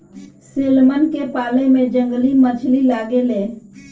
salmon के पाले में जंगली मछली लागे ले